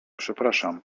przepraszam